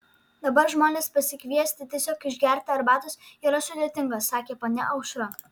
dabar žmones pasikviesti tiesiog išgerti arbatos yra sudėtinga sakė ponia aušra